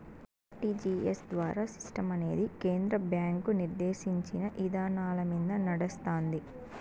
RTGS ద్వారా సిస్టమనేది కేంద్ర బ్యాంకు నిర్దేశించిన ఇదానాలమింద నడస్తాంది